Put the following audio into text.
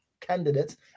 candidates